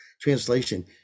translation